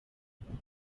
igihugu